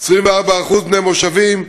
24% בני מושבים,